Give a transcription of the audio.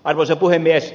arvoisa puhemies